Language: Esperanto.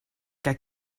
kaj